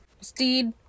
Steed